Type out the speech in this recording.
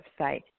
website